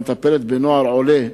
המטפלת בנוער עולה,